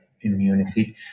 immunity